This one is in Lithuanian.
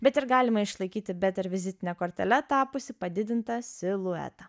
bet ir galima išlaikyti bet ir vizitine kortele tapusį padidintą siluetą